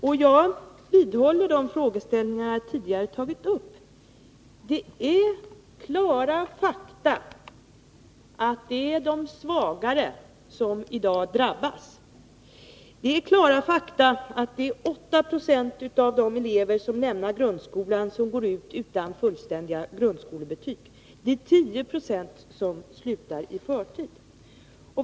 Och jag vidhåller de frågeställningar som jag tidigare har tagit upp. Klara fakta visar att det är de svagare som i dag drabbas. Det är klara fakta att 8 20 av de elever som lämnar grundskolan går ut utan fullständiga grundskolebetyg och att 10 2 slutar i förtid.